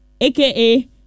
aka